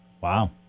Wow